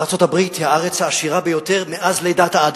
ארצות-הברית היא הארץ העשירה ביותר מאז לידת האדם,